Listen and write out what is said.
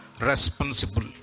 responsible